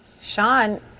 Sean